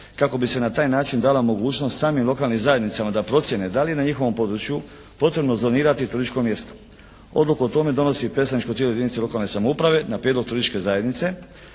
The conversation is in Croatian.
kako bi se na taj način dala mogućnost samim lokalnim zajednicama da procijene da li je na njihovom području potrebno zonirati turističko mjesto. Odluku o tome donosi predstavničko tijelo jedinica lokalne samouprave na prijedlog turističke zajednice,